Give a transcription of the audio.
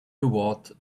toward